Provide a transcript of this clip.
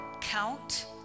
count